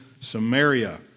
Samaria